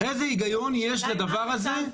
איזה היגיון יש לדבר הזה?